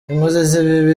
inkozi